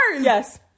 Yes